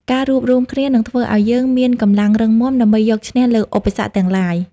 ការរួបរួមគ្នា នឹងធ្វើឱ្យយើងមានកម្លាំងរឹងមាំដើម្បីយកឈ្នះលើឧបសគ្គទាំងឡាយ។